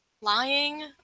Lying